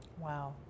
Wow